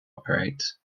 operate